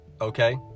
okay